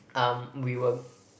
um we were